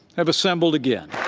have assembled again.